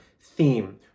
theme